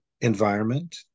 environment